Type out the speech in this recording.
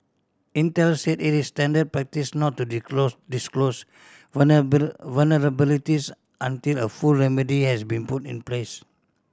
Intel said it is standard practice not to disclose vulnerabilities until a full remedy has been put in place